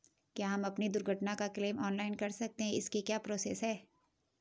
क्या हम अपनी दुर्घटना का क्लेम ऑनलाइन कर सकते हैं इसकी क्या प्रोसेस है?